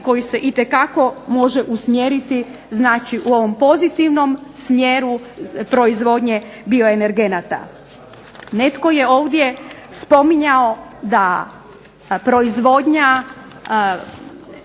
koji se može usmjeriti u pozitivnom smjeru proizvodnje bioenergenata. Netko je ovdje spominjao da proizvodnja